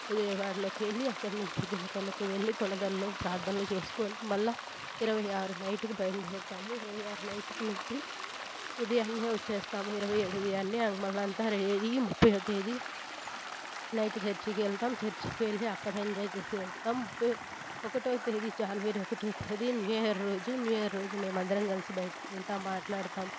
విజయవాడకు వెళ్ళి అక్కడ నుంచి గుణదలకు వెళ్ళి గుణదలలో ప్రార్ధనలు చేసుకొని మళ్ళా ఇరవై ఆరు నైట్కి బయలుదేరుతాము ఇరవై ఆరు నైట్ నుంచి ఉదయాన్నే వచ్చేస్తాము ఇరవై ఏడు ఉదయాన్నే మళ్ళా అంత రెడీ అయ్యి ముప్పైవ తేదీ నైట్ చర్చికి వెళ్తాం చర్చికి వెళ్ళి అక్కడ ఎంజాయ్ చేసి వస్తాం ముప్పై ఒకటో తేదీ జనవరి ఒకటో తేదీ న్యూ ఇయర్ రోజు న్యూ ఇయర్ రోజు మేము అందరం కలిసి బయటికి వెళతాం మాట్లాడుతాం